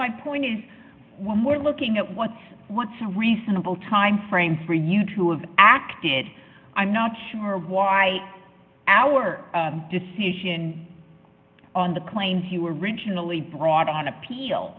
my point is one more looking at what's what's a reasonable timeframe for you to of acted i'm not sure why our decision on the claim he were originally brought on appeal